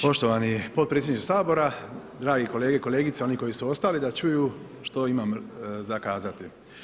Poštovani potpredsjedniče Sabora, dragi kolege, kolegice oni koji su ostali da čuju što imam za kazati.